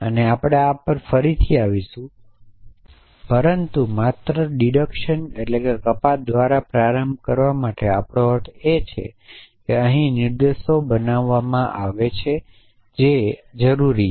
અને આપણે આ પર ફરીથી આવીશું પરંતુ માત્ર કપાત દ્વારા પ્રારંભ કરવા માટે આપણો અર્થ એ છે કે અહી નિર્દેશો બનાવવામાં આવે છે જે આવશ્યકપણે જરૂરી છે